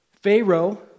Pharaoh